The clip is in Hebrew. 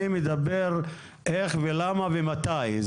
אני מדבר על איך ולמה ומתי.